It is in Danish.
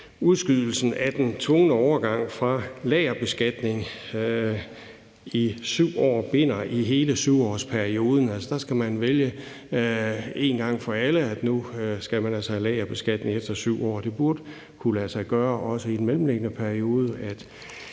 udskydelsen af den tvungne overgang fra lagerbeskatning i 7 år binder i hele 7-årsperioden. Altså, der skal man vælge én gang for alle, at nu skal man have lagerbeskatning efter 7 år. Det burde kunne lade sig gøre også i den mellemliggende periode